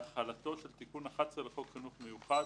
להחלתו של תיקון 11 לחוק חינוך מיוחד,